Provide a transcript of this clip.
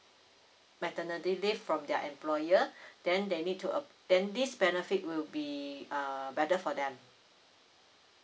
maternity leave from their employer then they need to err then this benefit will be err better for them